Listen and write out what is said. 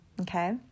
Okay